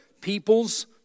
peoples